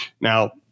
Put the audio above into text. Now